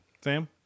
Sam